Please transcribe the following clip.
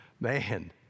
Man